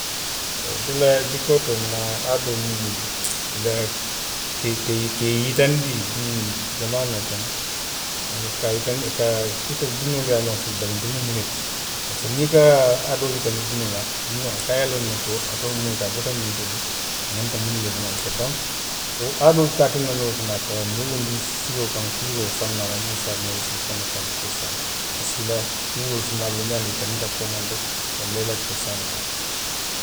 Ntelu la jikoo to, nna aadoolu niŋ i la ke, ke. ke i yitandi, ii jamaanoo kono. a ye, ka a yitandi, ka a puru ko dindiŋolu ye a loŋ foloo ko ntelu mu munne ti. Parisiko niŋ i ka aadoo titandi dindiŋo la. dindiŋo a ka ňiŋ loŋ ne ko ate mu munne ti, a bota miŋ too le, a ňanta munnelu fanaŋ ke la. Donku, wo aadoolu ka a tinna noo le fanaŋ a ka moolu loondi siloo kaŋ kuluuroo fannaa la muŋ se a tinna ise i faŋ lafaa noo wo saamoo i si i la kuolu fanaŋ loŋ minnu ye a loŋ ko i tanbita koomanto walla i la cosaanooto